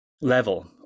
level